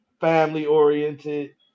family-oriented